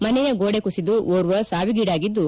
ಮನೆಗೋಡೆ ಕುಸಿದು ಓರ್ವ ಸಾವಿಗೀಡಾಗಿದ್ದು